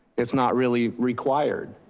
it's not really required.